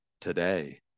today